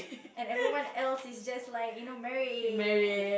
and everyone else is just like you know married